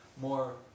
more